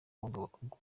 umukobwa